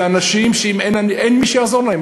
אלה אנשים שאין מי שיעזור להם,